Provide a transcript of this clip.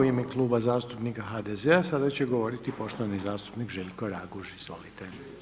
U ime kluba zastupnika HDZ-a sada će govoriti poštovani zastupnik Željko Raguž, izvolite.